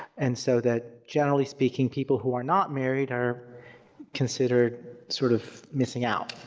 and so that, generally speaking, people who are not married are considered sort of missing out.